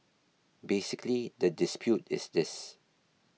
basically the dispute is this